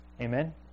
Amen